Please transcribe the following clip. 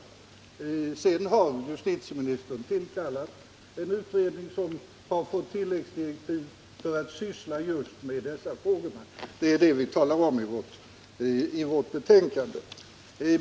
Justitieministern är av samma mening och har tillkallat en utredning, som fått tilläggsdirektiv för att syssla just med dessa frågor, och det är det vi redovisar i betänkandet.